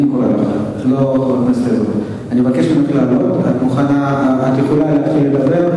את יכולה להתחיל לדבר,